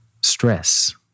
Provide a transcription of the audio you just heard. stress